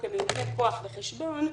או כמיופה כוח בחשבון,